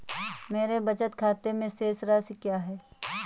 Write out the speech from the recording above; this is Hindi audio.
मेरे बचत खाते में शेष राशि क्या है?